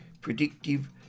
predictive